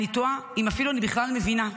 אני תוהה אם אפילו אני בכלל מבינה.